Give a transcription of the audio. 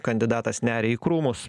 kandidatas neria į krūmus